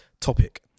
topic